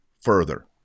further